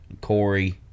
Corey